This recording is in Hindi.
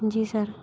जी सर